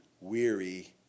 weary